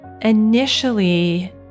initially